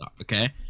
okay